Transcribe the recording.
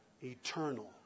Eternal